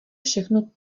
všechno